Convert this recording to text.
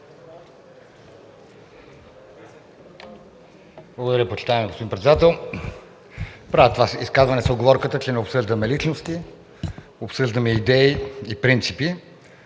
Благодаря, почитаеми господин Председател. Правя това си изказване с уговорката, че не обсъждаме личности, обсъждаме идеи и принципи.